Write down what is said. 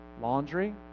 Laundry